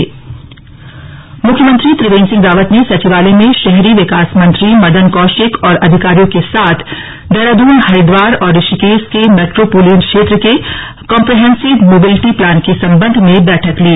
मुख्यमंत्री बैठक मुख्यमंत्री त्रिवेन्द्र सिंह रावत ने सचिवालय में शहरी विकास मंत्री मदन कौशिक और अधिकारियों के साथ देहरादून हरिद्वार और ऋषिकेश के मेट्रोपोलियन क्षेत्रों के लिए काम्प्रिहेन्सिव मोबिलिटी प्लान के सम्बन्ध में बैठक ली